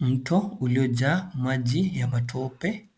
Mto uliojaa maji ya matope.